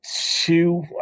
two